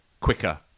quicker